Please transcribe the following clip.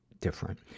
different